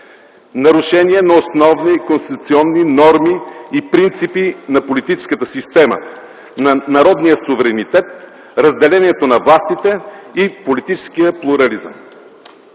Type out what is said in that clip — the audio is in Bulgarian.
нарушение на основни конституционни норми и принципи на политическата система - на народния суверенитет, разделението на властите и политическия плурализъм.